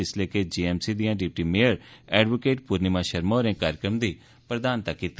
जिसलै कि जेएमसी दियां deputy mayor advocate Purnima Sharma होरें कार्यक्रम दी प्रधानता कीती